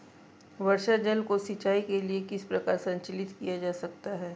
वर्षा जल को सिंचाई के लिए किस प्रकार संचित किया जा सकता है?